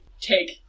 take